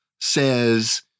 says